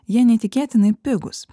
jie neįtikėtinai pigūs